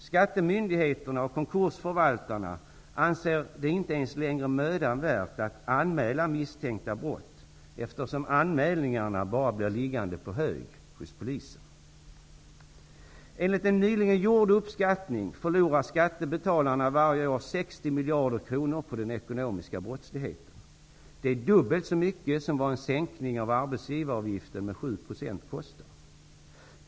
Skattemyndigheterna och konkursförvaltarna anser det inte ens vara mödan värt att anmäla misstänkta brott eftersom anmälningarna bara blir liggande på hög hos polisen. Enligt en nyligen gjord uppskattning förlorar skattebetalarna varje år 60 miljarder kronor på den ekonomiska brottsligheten. Det är dubbelt så mycket som vad en sänkning av arbetsgivaravgiften med 7 % kostar.